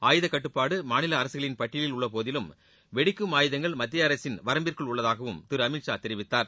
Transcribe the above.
ஆயுதக்கட்டுப்பாடு மாநில அரசுகளின் பட்டியலில் உள்ள போதிலும் வெடிக்கும் ஆயுதங்கள் மத்திய அரசின் வரம்பிற்குள் உள்ளதாகவும் திரு அமித்ஷா தெரிவித்தார்